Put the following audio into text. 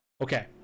Okay